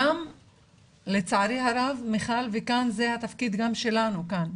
גם לצערי הרב, מיכל וכאן זה התפקיד גם שלנו כאן,